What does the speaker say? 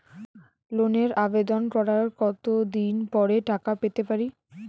লোনের আবেদন করার কত দিন পরে টাকা পেতে পারি?